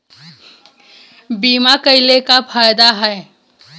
बीमा कइले का का फायदा ह?